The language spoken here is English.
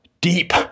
deep